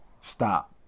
Stop